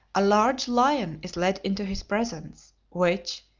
a large lion is led into his presence, which,